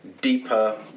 deeper